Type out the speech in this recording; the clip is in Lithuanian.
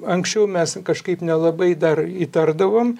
anksčiau mes kažkaip nelabai dar įtardavom